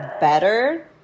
better